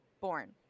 born